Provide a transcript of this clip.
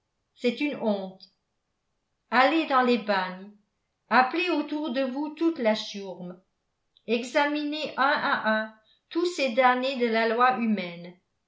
c'est une honte allez dans les bagnes appelez autour de vous toute la chiourme examinez un à un tous ces damnés de la loi humaine